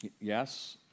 Yes